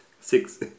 six